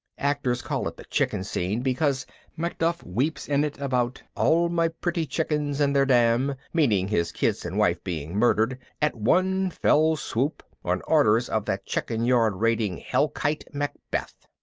actors call it the chicken scene because macduff weeps in it about all my pretty chickens and their dam, meaning his kids and wife, being murdered at one fell swoop on orders of that chickenyard-raiding hell-kite macbeth.